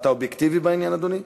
אתה אובייקטיבי בעניין, אדוני?